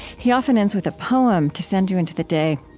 he often ends with a poem to send you into the day.